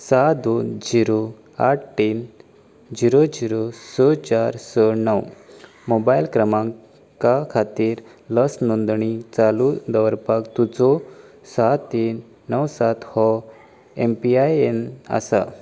स दोन शुन्य आठ तीन शुन्य शुन्य स चार स णव मोबायल क्रमांका खातीर लस नोंदणी चालू दवरपाक तुजो स तीन णव सात हो एमपीआयएन आसा